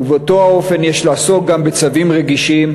ובאותו האופן יש לעסוק גם בצווים רגישים,